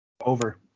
Over